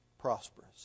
prosperous